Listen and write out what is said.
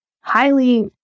highly